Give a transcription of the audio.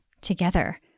together